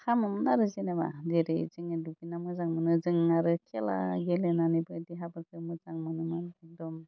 खालामोमोन आरो जेनेबा जेरै जोङो दुगैना मोजां मोनो जों आरो खेला गेलेनानै देहाफोरखौ मोजां मोनोमोन एकदम